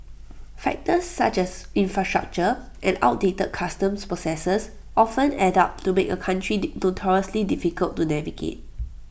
factors such as infrastructure and outdated customs processes often add up to make A country notoriously difficult to navigate